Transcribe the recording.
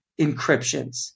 encryptions